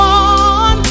on